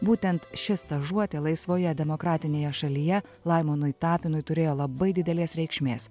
būtent ši stažuotė laisvoje demokratinėje šalyje laimonui tapinui turėjo labai didelės reikšmės